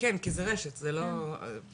זה רשת, זה לא.